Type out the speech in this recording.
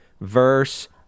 verse